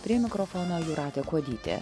prie mikrofono jūratė kuodytė